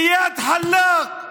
איאד אלחלאק.